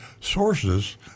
sources